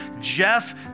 Jeff